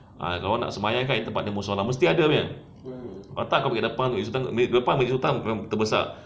ah kalau awak nak sembahyang kan ini tempat musollah mesti ada punya kalau tak kau pergi depan masjid sultan depan masjid sultan bukan begitu besar